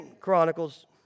Chronicles